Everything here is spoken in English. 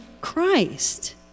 Christ